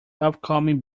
upcoming